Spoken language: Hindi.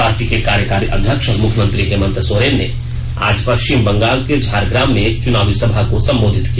पार्टी के कार्यकारी अध्यक्ष और मुख्यमंत्री हेमंत सोरेन ने आज पश्चिम बंगाल के झारग्राम में एक चुनावी सभा को संबोधित किया